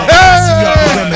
Hey